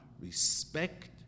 Respect